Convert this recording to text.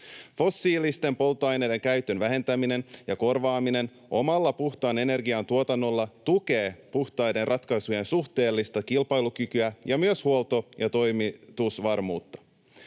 Fossiilisten polttoaineiden käytön vähentäminen ja korvaaminen omalla puhtaan energian tuotannolla tukee puhtaiden ratkaisujen suhteellista kilpailukykyä ja myös huolto- ja toimitusvarmuutta.